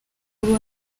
abo